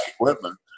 equipment